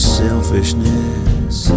selfishness